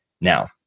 now